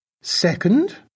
Second